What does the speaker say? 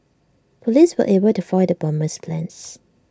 Police were able to foil the bomber's plans